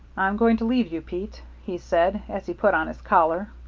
i'm going to leave you, pete, he said, as he put on his collar.